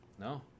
no